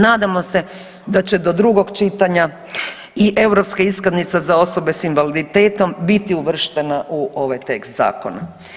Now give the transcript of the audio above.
Nadamo se da će do drugog čitanja i europska iskaznica za osobe sa invaliditetom biti uvrštena u ovaj tekst zakona.